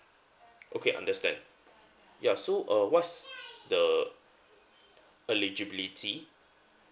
okay understand ya so uh what's the eligibility